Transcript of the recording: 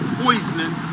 poisoning